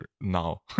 now